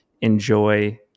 enjoy